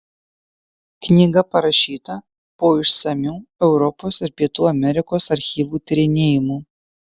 knyga parašyta po išsamių europos ir pietų amerikos archyvų tyrinėjimų